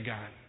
God